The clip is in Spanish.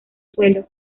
suelo